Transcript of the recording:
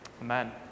Amen